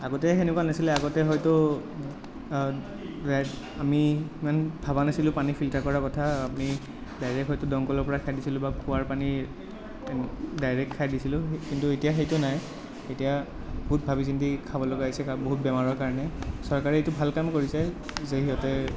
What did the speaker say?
আগতে সেনেকোৱা নাছিলে আগতে হয়তো আমি ইমান ভাবা নাছিলোঁ পানী ফিল্টাৰ কৰাৰ কথা আমি ডাইৰেক্ট হয়টো দমকলৰ পৰা খাই দিছিলোঁ বা খোৱাৰ পানী ডাইৰেক্ট খাই দিছিলোঁ কিন্তু এতিয়া সেইতো নাই এতিয়া বহুত ভাবি চিন্তি খাব লগা হৈছে কাৰণ বহুত বেমাৰৰ কাৰণে চৰকাৰে এইটো ভাল কাম কৰিছে যে সিহঁতে